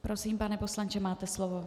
Prosím, pane poslanče, máte slovo.